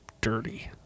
dirty